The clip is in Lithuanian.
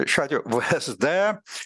šiuo atveju vsd